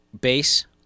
base